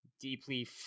deeply